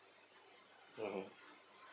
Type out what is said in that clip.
mmhmm